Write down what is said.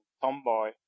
tomboy